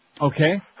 Okay